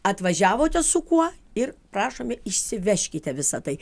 atvažiavote su kuo ir prašome išsivežkite visą tai